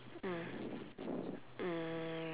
mm um